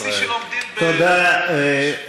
יש צורך,